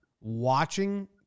Watching